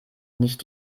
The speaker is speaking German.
nicht